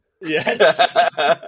Yes